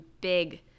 big